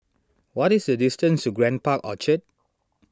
what is the distance to Grand Park Orchard